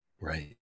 Right